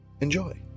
Enjoy